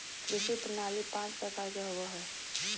कृषि प्रणाली पाँच प्रकार के होबो हइ